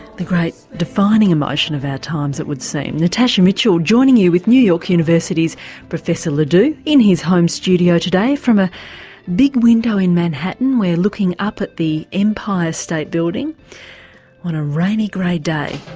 the great defining emotion of our times it would seem. natasha mitchell joining you with new york university's professor ledoux in his home studio today from a big window in manhattan we're looking up at the empire state building on a rainy, grey day